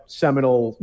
seminal